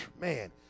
Man